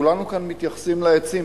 כולנו כאן מתייחסים לעצים,